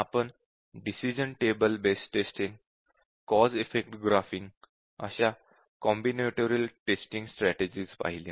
आपण decision table based testing cause effect graphing अशा combinatorial testing strategies पाहिल्या